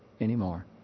anymore